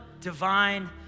divine